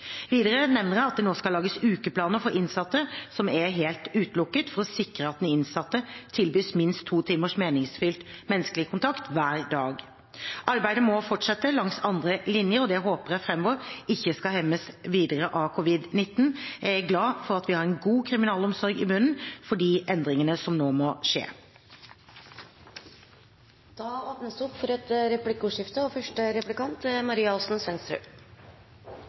Videre nevner jeg at det nå skal lages ukeplaner for innsatte som er helt utestengt, for å sikre at den innsatte tilbys minst to timers meningsfylt menneskelig kontakt hver dag. Arbeidet må fortsette langs andre linjer, og jeg håper at det framover ikke skal hemmes videre av covid-19. Jeg er glad for at vi har en god kriminalomsorg i bunnen for de endringene som nå må skje.